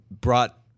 brought